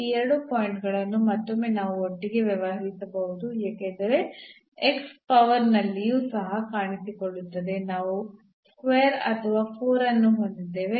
ಈ ಎರಡು ಪಾಯಿಂಟ್ ಗಳನ್ನು ಮತ್ತೊಮ್ಮೆ ನಾವು ಒಟ್ಟಿಗೆ ವ್ಯವಹರಿಸಬಹುದು ಏಕೆಂದರೆ ಪವರ್ನಲ್ಲಿಯೂ ಸಹ ಕಾಣಿಸಿಕೊಳ್ಳುತ್ತದೆ ನಾವು square ಅಥವಾ 4 ಅನ್ನು ಹೊಂದಿದ್ದೇವೆ